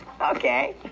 Okay